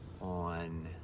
on